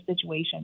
situation